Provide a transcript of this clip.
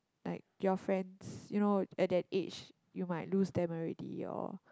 like your friends you know at that age you might lose them already your